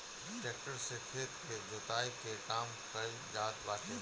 tractor से खेत के जोताई के काम कइल जात बाटे